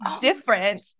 different